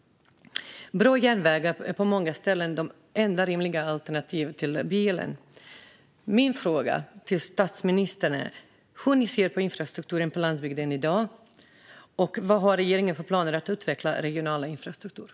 Bra järnväg är på många ställen det enda rimliga alternativet till bilen. Min fråga till statsministern är hur regeringen ser på infrastrukturen på landsbygden i dag och vad man har för planer för att utveckla den regionala infrastrukturen.